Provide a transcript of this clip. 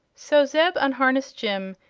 so zeb unharnessed jim,